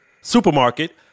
supermarket